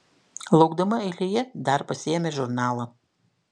laukdama eilėje dar pasiėmė žurnalą